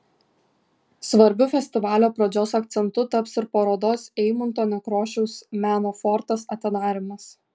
svarbiu festivalio pradžios akcentu taps ir parodos eimunto nekrošiaus meno fortas atidarymas